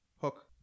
Hook